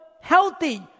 healthy